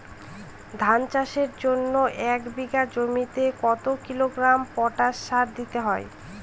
ধান চাষের জন্য এক বিঘা জমিতে কতো কিলোগ্রাম পটাশ সার দিতে হয়?